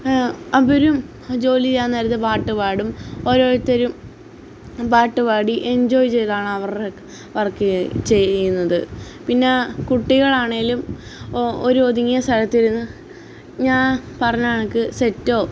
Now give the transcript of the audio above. അവരും ജോലി ചെയ്യാൻ നേരത്തു പാട്ടു പാടും ഓരോരുത്തരും പാട്ടു പാടി എഞ്ചോയ് ചെയ്താണവരുടെ വർക്ക് ചെ ചെയ്യുന്നത് പിന്നെ കുട്ടികളാണെങ്കിലും ഒ ഓരൊതുങ്ങിയ സ്ഥലത്തിലിരുന്നു ഞാൻ പറഞ്ഞ കണക്ക് സെറ്റോ